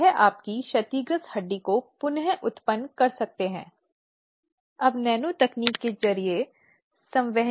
संदर्भ समय को देखें 2432 और अंत में क्या अधिनियम नियोक्ता पर किसी भी कर्तव्यों को लागू करता है